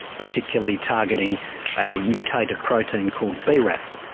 particularly targeting a mutated protein called braf.